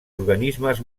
organismes